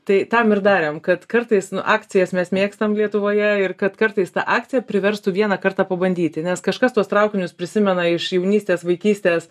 tai tam ir darėm kad kartais akcijas mes mėgstam lietuvoje ir kad kartais ta akcija priverstų vieną kartą pabandyti nes kažkas tuos traukinius prisimena iš jaunystės vaikystės